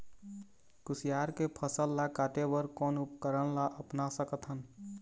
कुसियार के फसल ला काटे बर कोन उपकरण ला अपना सकथन?